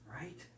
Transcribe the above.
Right